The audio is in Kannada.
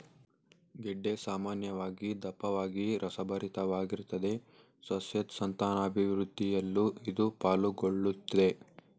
ಗೆಡ್ಡೆ ಸಾಮಾನ್ಯವಾಗಿ ದಪ್ಪವಾಗಿ ರಸಭರಿತವಾಗಿರ್ತದೆ ಸಸ್ಯದ್ ಸಂತಾನಾಭಿವೃದ್ಧಿಯಲ್ಲೂ ಇದು ಪಾಲುಗೊಳ್ಳುತ್ದೆ